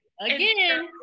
again